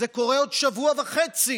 זה קורה עוד שבוע וחצי.